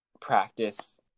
practice